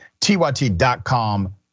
tyt.com